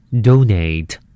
Donate